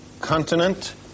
continent